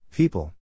People